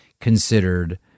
considered